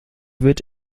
wird